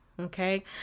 Okay